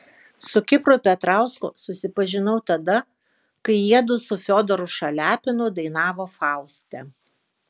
su kipru petrausku susipažinau tada kai jiedu su fiodoru šaliapinu dainavo fauste